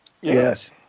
Yes